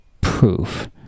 proof